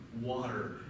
water